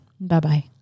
Bye-bye